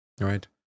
Right